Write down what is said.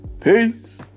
Peace